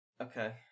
Okay